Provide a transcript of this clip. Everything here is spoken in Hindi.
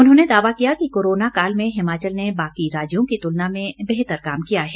उन्होंने दावा किया कि कोरोना काल में हिमाचल ने बाकी राज्यों की तुलना में बेहतर काम किया है